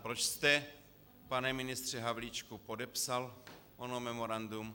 Proč jste, pane ministře Havlíčku, podepsal ono memorandum?